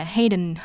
Hayden